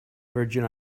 virgin